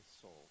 soul